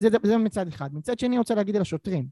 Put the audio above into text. זה מצד אחד. מצד שני אני רוצה להגיד על השוטרים